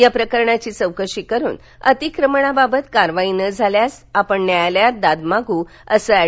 या प्रकरणाची चौकशी करुन अतिक्रणाबाबत कारवाई न झाल्यास न्यायालयात दाद मागणार असल्याचं ऍड